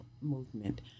movement